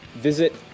Visit